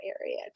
area